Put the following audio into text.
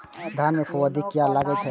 धान में फूफुंदी किया लगे छे?